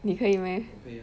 你可以 meh